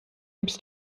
gips